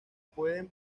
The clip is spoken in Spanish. pueden